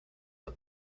are